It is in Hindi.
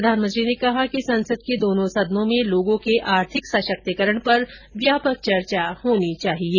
प्रधानमंत्री ने कहा कि संसद के दोनों सदनों में लोगों के आर्थिक सशक्तीकरण पर व्यापक चर्चा होनी चाहिये